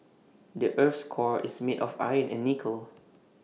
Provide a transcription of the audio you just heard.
the Earth's core is made of iron and nickel